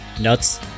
nuts